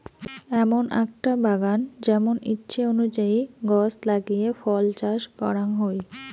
এমন আকটা বাগান যেমন ইচ্ছে অনুযায়ী গছ লাগিয়ে ফল চাষ করাং হই